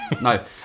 No